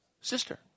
sister